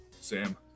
Sam